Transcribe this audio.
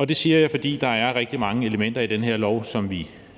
Det siger jeg, fordi der er rigtig mange elementer i det her lovforslag, som vi